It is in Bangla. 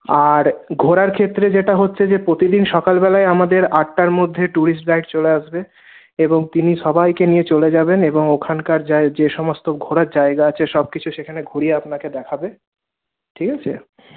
আর ঘোরার ক্ষেত্রে যেটা হচ্ছে যে প্রতিদিন সকালবেলায় আমাদের আটটার মধ্যে ট্যুরিস্ট গাইড চলে আসবে এবং তিনি সবাইকে নিয়ে চলে যাবেন এবং ওখানকার যা যে সমস্ত ঘোরার জায়গা আছে সবকিছু সেখানে ঘুরিয়ে আপনাকে দেখাবে ঠিক আছে